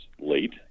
late